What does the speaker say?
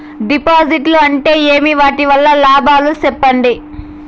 డిపాజిట్లు అంటే ఏమి? వాటి వల్ల లాభాలు సెప్పండి?